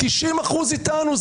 90% איתנו,